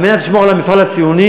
כדי לשמור על המפעל הציוני.